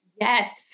Yes